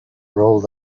rolled